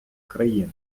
країни